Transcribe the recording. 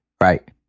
right